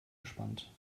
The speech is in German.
gespannt